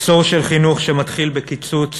עשור של חינוך שמתחיל בקיצוץ